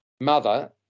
mother